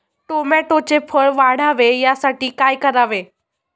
टोमॅटोचे फळ वाढावे यासाठी काय करावे?